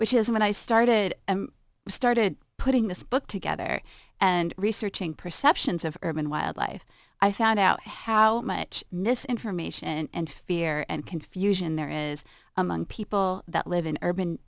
which is when i started started putting this book together and researching perceptions of urban wildlife i found out how much misinformation and fear and confusion there is among people that live in urban